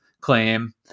claim